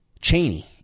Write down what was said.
Cheney